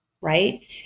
Right